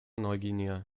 neuguinea